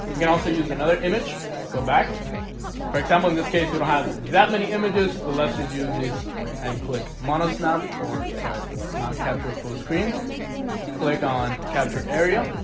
you can also use another image go back for example in this case you don't have that many images, but let's just use this and click mono snap or sorry non capture a full screen click on capture area